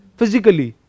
physically